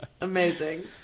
amazing